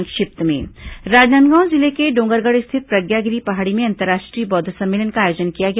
संक्षिप्त समाचार राजनांदगांव जिले के डोंगरगढ़ स्थित प्रज्ञागिरी पहाड़ी में अंतर्राष्ट्रीय बौद्ध सम्मेलन का आयोजन किया गया